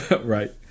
Right